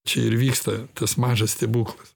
čia ir vyksta tas mažas stebuklas